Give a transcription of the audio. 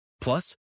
Plus